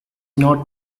not